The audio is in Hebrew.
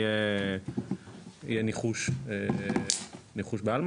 יהיה ניחוש בעלמא,